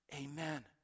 Amen